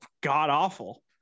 god-awful